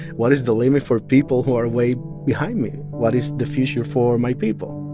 what is the limit for people who are way behind me? what is the future for my people?